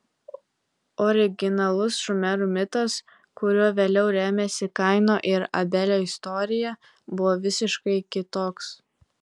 originalus šumerų mitas kuriuo vėliau remiasi kaino ir abelio istorija buvo visiškai kitoks